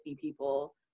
people